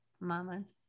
mamas